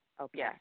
Okay